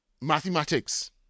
Mathematics